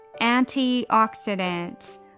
antioxidants